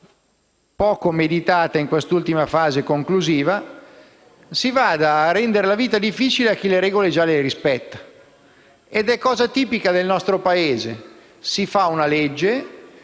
poco meditata nella fase conclusiva, si vada a rendere la vita difficile a chi le regole già rispetta. Ed è cosa tipica del nostro Paese: si fa una legge